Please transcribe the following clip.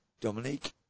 Dominique